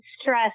stress